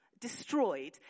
destroyed